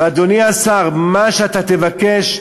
אדוני השר, מה שאתה תבקש,